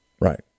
Right